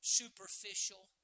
superficial